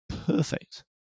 Perfect